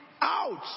out